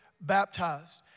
baptized